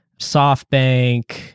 SoftBank